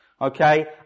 Okay